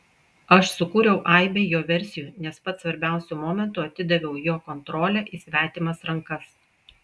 aš sukūriau aibę jo versijų nes pats svarbiausiu momentu atidaviau jo kontrolę į svetimas rankas